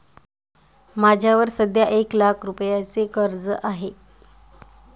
माझ्यावर सध्या एक लाख रुपयांचे कर्ज आहे